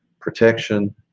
protection